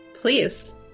Please